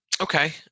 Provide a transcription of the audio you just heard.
okay